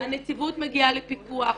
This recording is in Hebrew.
הנציבות מגיעה לפיקוח.